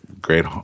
great